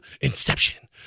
Inception